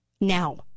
now